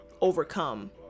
overcome